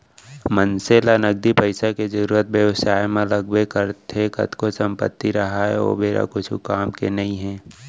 मनसे ल नगदी पइसा के जरुरत बेवसाय म लगबे करथे कतको संपत्ति राहय ओ बेरा कुछु काम के नइ हे